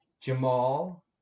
Jamal